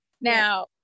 Now